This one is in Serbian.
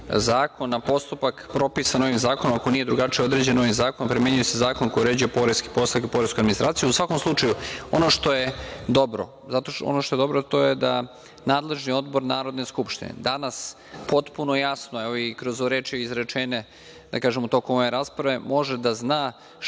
zakon, na postupak propisan ovim zakonom, ako nije drugačije određeno ovim zakonom, primenjuje se zakon koji uređuje poreski postupak i poresku administraciju.U svakom slučaju, ono što je dobro, nadležni odbor Narodne skupštine danas potpuno jasno, kroz ove reči izrečene tokom ove rasprave, može da zna šta